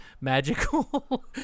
magical